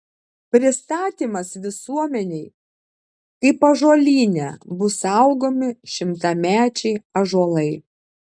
pristatymas visuomenei kaip ąžuolyne bus saugomi šimtamečiai ąžuolai